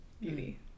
beauty